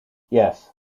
yes